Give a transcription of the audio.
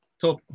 top